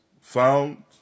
Found